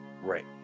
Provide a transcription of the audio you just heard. Right